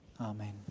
Amen